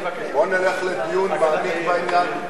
בואו נלך לדיון מעמיק בעניין,